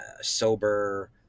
sober